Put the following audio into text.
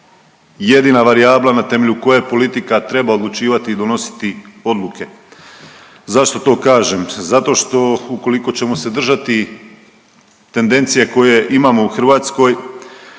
jedina varijabla na temelju koje politika treba odlučivati i donositi odluke. Zašto to kažem? Zato što ukoliko ćemo se držati tendencije koje imamo u Hrvatskoj